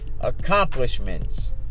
accomplishments